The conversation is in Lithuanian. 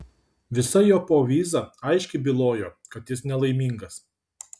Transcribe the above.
visa jo povyza aiškiai bylojo kad jis nelaimingas